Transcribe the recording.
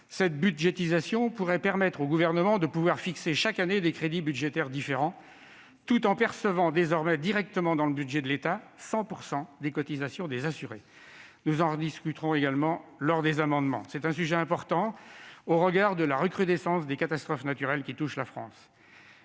effet, celle-ci pourrait permettre au Gouvernement de fixer chaque année des crédits budgétaires différents tout en percevant désormais directement dans le budget de l'État 100 % des cotisations des assurés. Nous en rediscuterons également lors de l'examen des amendements ; c'est un sujet important au regard de la recrudescence des catastrophes naturelles qui touchent la France.